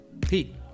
Pete